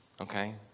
Okay